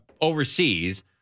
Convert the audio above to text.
overseas